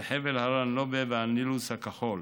חבל הרי הנובה והנילוס הכחול.